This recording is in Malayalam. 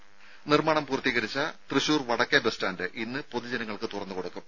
ദര നിർമാണം പൂർത്തീകരിച്ച തൃശൂർ വടക്കേ ബസ്സ്റ്റാൻഡ് ഇന്ന് പൊതുജനങ്ങൾക്ക് തുറന്നുകൊടുക്കും